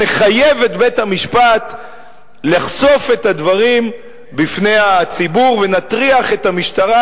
נחייב את בית-המשפט לחשוף את הדברים בפני הציבור ונטריח את המשטרה,